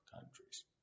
countries